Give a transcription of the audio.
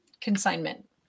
consignment